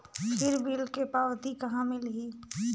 फिर बिल के पावती कहा मिलही?